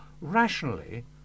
rationally